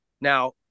Now